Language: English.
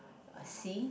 a sea